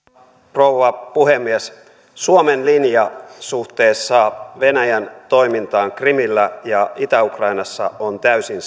rouva puhemies suomen linja suhteessa venäjän toimintaan krimillä ja itä ukrainassa on täysin